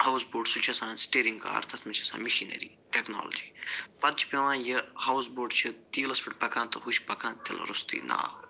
house boat سُہ چھُ آسان سِٹیٚرِنٛگ کار تَتھ منٛز چھِ آسان مِشیٖنٔری ٹٮ۪کنالجی پتہٕ چھِ پٮ۪وان یہِ ہاوُس بوٹ چھِ تیٖلس پٮ۪ٹھ پَکان تہٕ ہُہ چھِ پَکان تِلہٕ روٚستٕے ناو